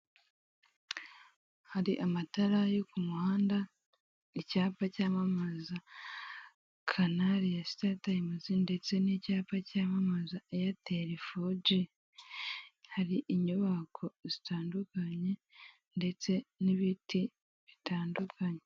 Abamotari bahagaze imbere y'inyubako, umwe ari gushyirirwaho kuri moto imizigo, ari gufashwa n'umuntu wambaye imyenda y'ubururu n'umugore umuri inyuma wambaye igitenge nabandi bagore babiri bari inyuma